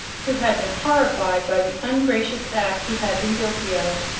who had been horrified by the ungracious act he had been guilty of.